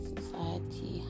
society